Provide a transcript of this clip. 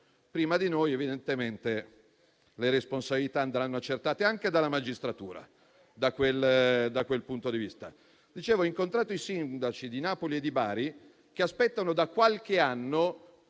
prima di noi, evidentemente le responsabilità andranno accertate, anche dalla magistratura, da quel punto di vista. Dicevo che ho incontrato i sindaci di Napoli e di Bari, che aspettano da qualche anno